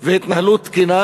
והתנהלות תקינה,